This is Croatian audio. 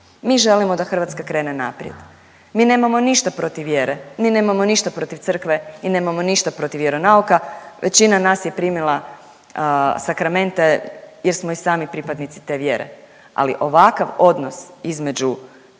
Mi želimo da Hrvatska krene naprijed. Mi nemamo ništa protiv vjere, mi nemamo ništa protiv crkve i nemamo ništa protiv crkve i nemamo ništa protiv vjeronauka. Većina nas je primila sakramente jer smo i sami pripadnici te vjere, ali ovakav odnos između